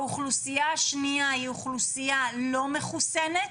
האוכלוסייה השנייה היא אוכלוסייה לא מחוסנת